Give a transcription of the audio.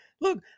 look